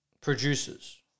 producers